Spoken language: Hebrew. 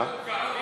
איזה ארוכה?